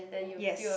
yes